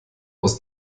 aus